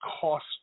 cost